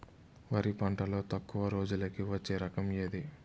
వరి పంటలో తక్కువ రోజులకి వచ్చే రకం ఏది?